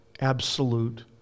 absolute